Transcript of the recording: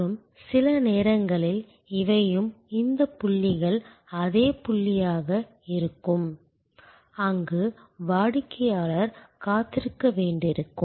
மற்றும் சில நேரங்களில் இவையும் இந்த புள்ளிகள் அதே புள்ளியாக இருக்கும் அங்கு வாடிக்கையாளர் காத்திருக்க வேண்டியிருக்கும்